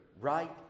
right